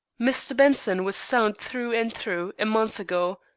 mr. benson was sound through and through a month ago.